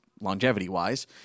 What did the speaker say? longevity-wise